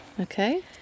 okay